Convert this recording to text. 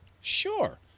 sure